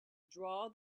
draw